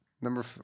number